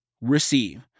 receive